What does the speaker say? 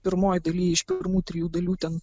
pirmoj daly iš pirmų trijų dalių ten